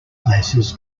places